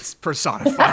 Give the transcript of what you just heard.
personified